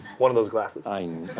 one of those glasses. i mean